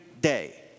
day